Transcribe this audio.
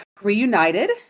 reunited